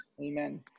Amen